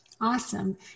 Awesome